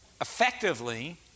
effectively